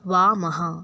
वामः